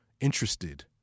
interested